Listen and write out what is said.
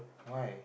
why